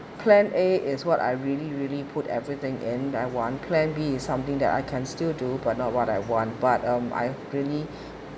plan A is what I really really put everything in I want plan B is something that I can still do but not what I want but um I really